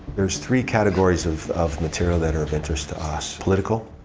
there's three categories of of material that are of interest to us. political,